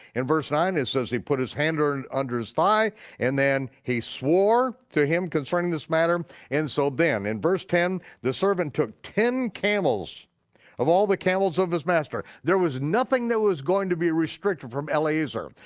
in verse nine it says he put his hand ah and under his thigh and then he swore to him concerning this matter and so then, in verse ten, the servant took ten camels of all the camels of his master. there was nothing that was going to be restricted from eliezer,